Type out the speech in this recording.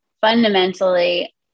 fundamentally